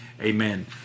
amen